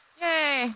yay